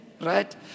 right